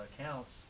accounts